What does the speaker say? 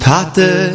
Tate